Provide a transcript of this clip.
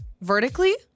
vertically